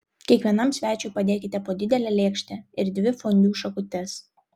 kiekvienam svečiui padėkite po didelę lėkštę ir dvi fondiu šakutes